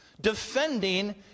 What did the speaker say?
defending